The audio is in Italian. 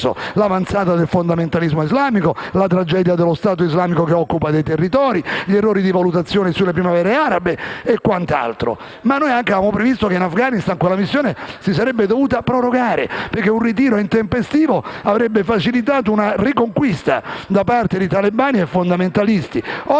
l'avanzata del fondamentalismo islamico, la tragedia dello Stato islamico che occupa dei territori, gli errori di valutazione sulle primavere arabe e quant'altro. Noi avevamo previsto che si sarebbe dovuta prorogare la missione in Afghanistan, perché un ritiro intempestivo avrebbe facilitato una riconquista da parte di talebani e fondamentalisti.